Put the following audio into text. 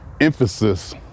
emphasis